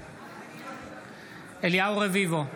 בעד אליהו רביבו,